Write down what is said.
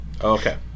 Okay